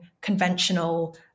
conventional